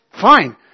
Fine